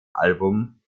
album